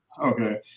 Okay